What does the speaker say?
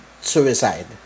suicide